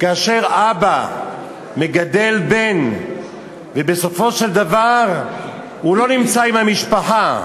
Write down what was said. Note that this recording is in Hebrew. כאשר אבא מגדל בן ובסופו של דבר הוא לא נמצא עם המשפחה,